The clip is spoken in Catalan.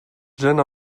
gent